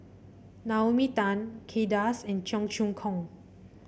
Naomi Tan Kay Das and Cheong Choong Kong